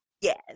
Yes